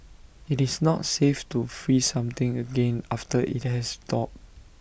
IT is not safe to freeze something again after IT has thawed